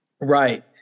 Right